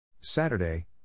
Saturday